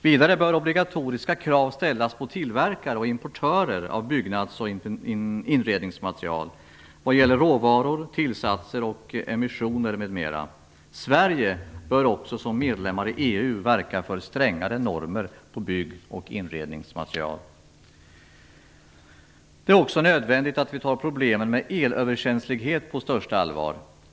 Vidare bör obligatoriska krav ställas på tillverkare och importörer av byggnads och inredningsmaterial vad gäller råvaror, tillsatser och emissioner m.m. Sverige bör också som medlem i EU verka för strängare normer på bygg och inredningsmaterial. Det är också nödvändigt att vi tar problemen med elöverkänslighet på största allvar.